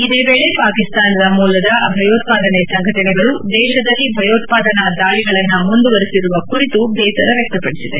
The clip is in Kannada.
ಇದೇ ವೇಳಿ ಪಾಕಿಸ್ತಾನ ಮೂಲದ ಭಯೋತ್ವಾದನೆ ಸಂಘಟನೆಗಳು ದೇಶದಲ್ಲಿ ಭಯೋತ್ವಾದನಾ ದಾಳಿಗಳನ್ನು ಮುಂದುವರಿಸಿರುವ ಕುರಿತು ಬೇಸರ ವ್ಯಕ್ತಪಡಿಸಿದೆ